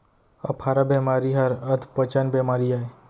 अफारा बेमारी हर अधपचन बेमारी अय